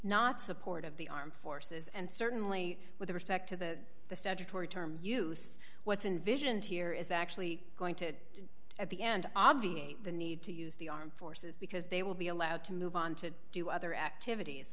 not support of the armed forces and certainly with respect to the statutory term use what's in visioned here is actually going to at the end obviate the need to use the armed forces because they will be allowed to move on to do other activities